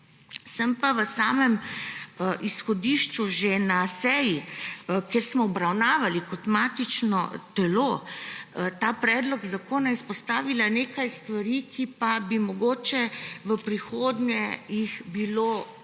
Sem pa v izhodišču že na seji, kjer smo obravnavali kot matično delovno telo ta predlog zakona, izpostavila nekaj stvari, ki bi jih mogoče v prihodnje bilo